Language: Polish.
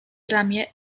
ramię